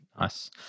Nice